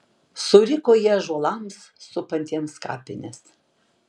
suriko ji ąžuolams supantiems kapines